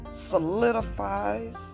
solidifies